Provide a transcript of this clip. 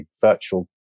virtual